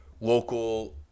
local